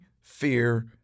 fear